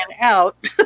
out